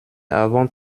avant